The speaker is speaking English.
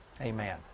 Amen